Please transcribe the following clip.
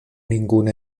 ninguna